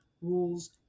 rules